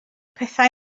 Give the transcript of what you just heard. pethau